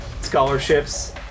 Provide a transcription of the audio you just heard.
scholarships